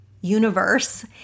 universe